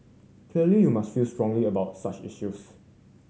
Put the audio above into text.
clearly you must feel strongly about such issues